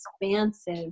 expansive